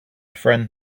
friend